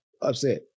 upset